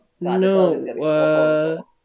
No